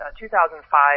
2005